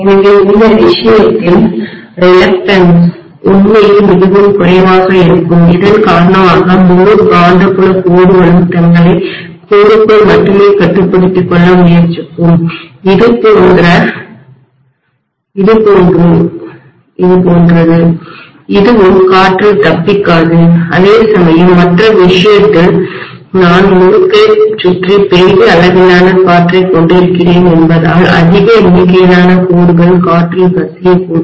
எனவே இந்த விஷயத்தில் தயக்கம்ரிலக்டன்ஸ் உண்மையில் மிகவும் குறைவாக இருக்கும் இதன் காரணமாக முழு காந்தப்புலக் கோடுகளும் தங்களை மையத்திற்குள்கோருக்குள் மட்டுமே கட்டுப்படுத்திக் கொள்ள முயற்சிக்கும் இதுபோன்று இதுபோன்றது எதுவும் காற்றில் தப்பிக்காது அதேசமயம் மற்ற விஷயத்தில் நான் முறுக்கை சுற்றி பெரிய அளவிலான காற்றைக் கொண்டிருக்கிறேன் என்பதால் அதிக எண்ணிக்கையிலான கோடுகள் காற்றில் கசியக்கூடும்